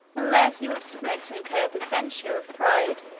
unless he would submit to incur the censure of pride,